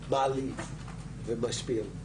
טורחת לעבור בוועדה,